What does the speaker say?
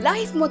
Life